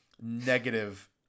negative